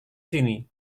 sini